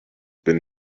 been